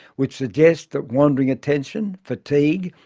which suggests that wandering attention, fatigue,